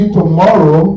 tomorrow